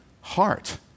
heart